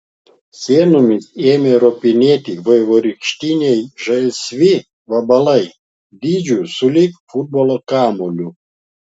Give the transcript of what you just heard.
sienomis ėmė ropinėti vaivorykštiniai žalsvi vabalai dydžio sulig futbolo kamuoliu